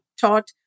taught